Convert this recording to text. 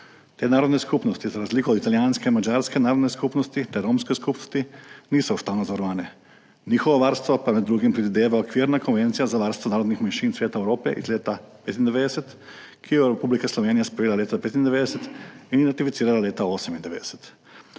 Te narodne skupnosti za razliko od italijanske in madžarske narodne skupnosti ter romske skupnosti niso ustavno zavarovane, njihovo varstvo pa med drugim predvideva Okvirna konvencija za varstvo narodnih manjšin Sveta Evrope iz leta 1995, ki jo je Republika Slovenija sprejela leta 1995 in ratificirala leta 1998.